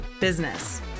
business